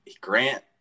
Grant